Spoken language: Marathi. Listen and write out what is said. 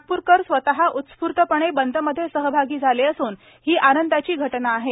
नागपूरकर स्वतः उत्स्फूर्तपणे बंदमध्ये सहभागी झाले असून ही आनंदाची घटना आहे